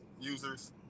users